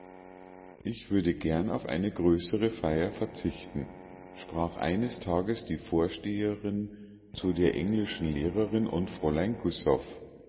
ich würde gern auf eine größere feier verzichten sprach eines tages die vorsteherin zu der englischen lehrerin und fräulein